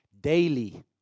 daily